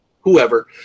whoever